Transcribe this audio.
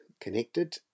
connected